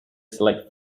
select